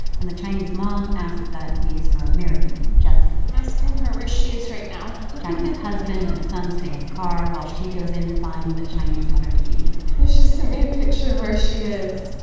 and the chinese mom asked that we use her american name, jessie i'm asking her where she is right now jacquie's husband and son stay in the car while she goes in to find the chinese mother-to-be she just sent me a picture of where she is.